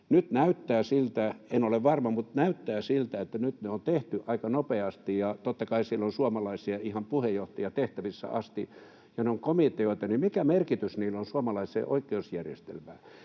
Nyt näyttää siltä — en ole varma, mutta näyttää siltä — että nyt ne on tehty aika nopeasti. Kun totta kai siellä on suomalaisia ihan puheenjohtajatehtävissä asti ja ne ovat komiteoita, niin mikä merkitys niillä on suomalaiselle oikeusjärjestelmälle?